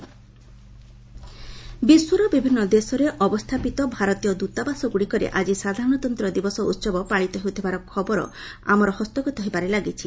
ଆର୍ଡି abroad ବିଶ୍ୱର ବିଭିନ୍ନ ଦେଶରେ ଅବସ୍ଥାପିତ ଭାରତୀୟ ଦୂତାବାସଗୁଡ଼ିକରେ ଆଜି ସାଧାରଣତନ୍ତ ଦିବସ ଉତ୍ସବ ପାଳିତ ହେଉଥିବାର ଖବର ଆମର ହସ୍ତଗତ ହେବାରେ ଲାଗିଛି